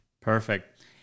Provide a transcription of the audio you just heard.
Perfect